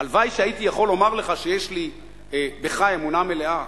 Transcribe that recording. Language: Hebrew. הלוואי שהייתי יכול לומר לך שיש לי בך אמונה מלאה.